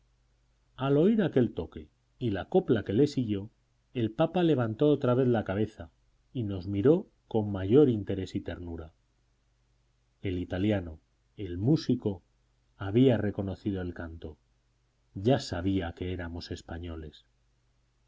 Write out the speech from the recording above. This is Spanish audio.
al oír aquel toque y la copla que le siguió el papa levantó otra vez la cabeza y nos miró con mayor interés y ternura el italiano el músico había reconocido el canto ya sabía que éramos españoles